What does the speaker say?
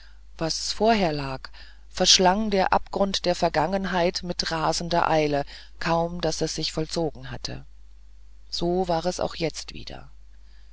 was vorher lag verschlang der abgrund der vergangenheit mit rasender eile kaum daß es sich vollzogen hatte so war es auch jetzt wieder